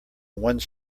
one